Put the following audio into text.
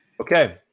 Okay